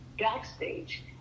backstage